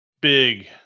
big